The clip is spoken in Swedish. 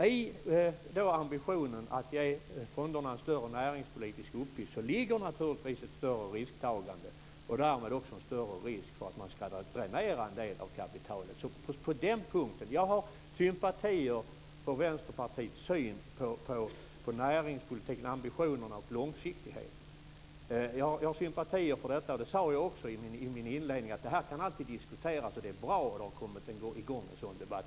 I ambitionen att ge fonderna en större näringspolitisk uppgift ligger naturligtvis ett större risktagande och därmed också en större risk för att man ska dränera en del av kapitalet. Jag har sympatier för Vänsterpartiets syn på näringspolitiken, ambitionerna och långsiktigheten. Jag sade också i min inledning att detta alltid kan diskuteras och att det är bra att det har kommit i gång en sådan debatt.